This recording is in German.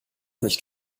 nicht